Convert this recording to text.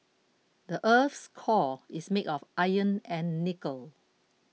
the earth's core is made of iron and nickel